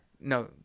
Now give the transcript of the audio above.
no